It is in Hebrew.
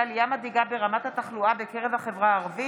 אנטאנס שחאדה בנושא: עלייה מדאיגה ברמת התחלואה בקרב החברה הערבית.